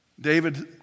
David